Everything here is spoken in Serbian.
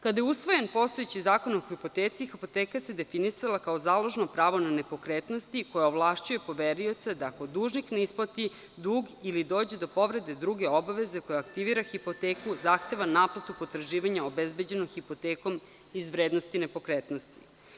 Kada je usvojen postojeći Zakon o hipoteci hipoteka se definisala kao založno pravo na nepokretnosti koji ovlašćuje poverioca da ako dužnik ne isplati dug ili dođe do povrede druge obaveze koja aktivira hipoteku, zahteva naplatu potraživanja obezbeđenu hipotekom iz vrednosti nepokretnosti.